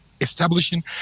establishing